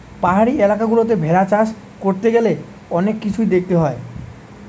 পাহাড়ি এলাকা গুলাতে ভেড়া চাষ করতে গ্যালে অনেক কিছুই দেখতে হয়